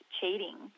cheating